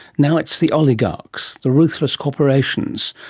now what's the oligarchs, the ruthless corporations,